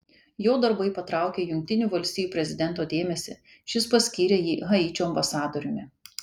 jo darbai patraukė jungtinių valstijų prezidento dėmesį šis paskyrė jį haičio ambasadoriumi